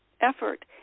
effort